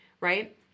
right